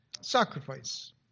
sacrifice